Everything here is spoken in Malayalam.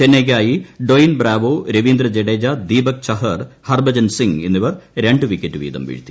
ചെന്നൈ യിക്കായി ഡൊയിൻ ബ്രാവോ രവീന്ദ്ര ജഡേജ ദീപക് ചഹർ ഹർഭജൻ സിംഗ് എന്നിവർ രണ്ട് വിക്കറ്റ് വീതം വീഴ്ത്തി